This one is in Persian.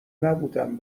نبودم